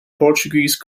portuguese